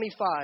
25